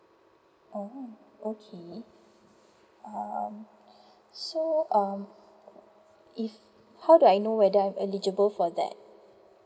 oh okay um so um if how do I know whether I'm eligible for that